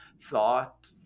thought